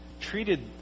treated